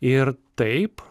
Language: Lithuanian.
ir taip